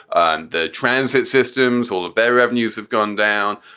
and the transit systems, all of their revenues have gone down.